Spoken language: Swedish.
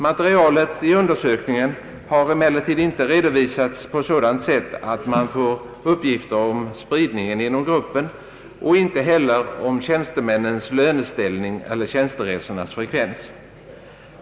Materialet i undersökningen har emellertid inte redovisats på sådant sätt att man får uppgifter om spridningen inom gruppen och inte heller om tjänstemännens löneställning eller tjänsteresornas frekvens.